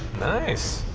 nice.